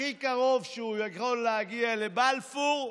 הכי קרוב שהוא יכול להגיע לבלפור,